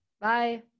Bye